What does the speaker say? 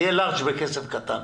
תהיה לארג' בכסף קטן.